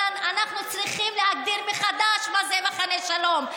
אבל אנחנו צריכים להגדיר מחדש מה זה מחנה שלום.